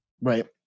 Right